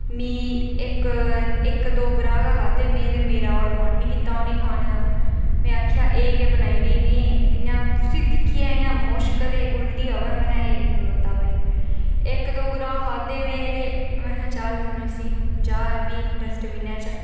मी इक्क दौं ग्राह् खाद्धे ते मेरा होर मन निं कीता उनेंगी खानै दा ते में आखेआ एह् केह् बनाई ओड़ेआ ई में उसी दिक्खियै मुश्क ते उल्टी आवै महां एह् निं खनोंदा भाई इक्क दौं ग्राह् खाद्धे में ते जां एह्बी डस्टबिन च